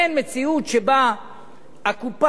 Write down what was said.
אין מציאות שבה הקופה